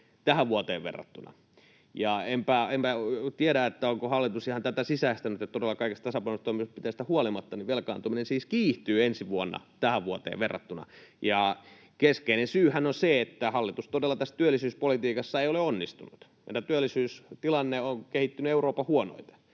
tähän vuoteen verrattuna. Enpä tiedä, onko hallitus ihan tätä sisäistänyt, että todella kaikista tasapainottamistoimenpiteistä huolimatta velkaantuminen siis kiihtyy ensi vuonna tähän vuoteen verrattuna. Keskeinen syyhän on se, että hallitus todella tässä työllisyyspolitiikassa ei ole onnistunut. Meidän työllisyystilanne on kehittynyt Euroopan huonoiten,